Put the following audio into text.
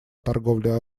торговле